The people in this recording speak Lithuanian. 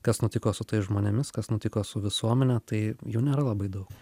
kas nutiko su tais žmonėmis kas nutiko su visuomene tai jų nėra labai daug